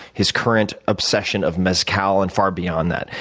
his current obsession of mezcal and far beyond that.